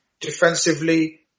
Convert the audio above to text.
defensively